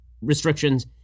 restrictions